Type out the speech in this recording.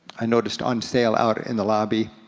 i noticed on sale out in the lobby.